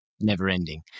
never-ending